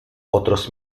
otros